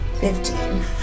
Fifteen